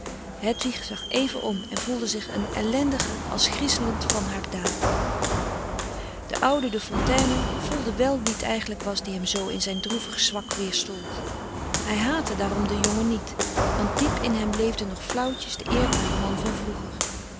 hedwig zag even om en voelde zich een ellendige als griezelend van haar daad de oude de fontayne voelde wel wie t eigenlijk was die hem zoo in zijn droevig zwak weerstond hij haatte daarom den jongen niet want diep in hem leefde nog flauwtjes de eerbare man van vroeger